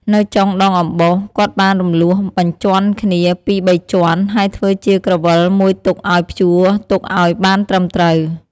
នៅចុងដងអំបោស គាត់បានរំលួសបញ្ជាន់គ្នាពីរបីជាន់ ហើយធ្វើជាក្រវិលមួយទុកឲ្យព្យួរទុកអោយបានត្រឹមត្រូវ។